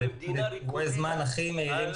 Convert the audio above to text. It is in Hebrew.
וגם תלוי מאיזה סיבה זה נסגר.